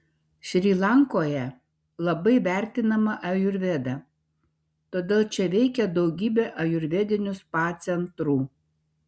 šri lankoje labai vertinama ajurveda todėl čia veikia daugybė ajurvedinių spa centrų